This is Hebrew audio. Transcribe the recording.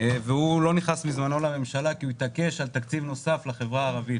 והוא לא נכנס בזמנו לממשלה כי הוא התעקש על תקציב נוסף לחברה הערבית.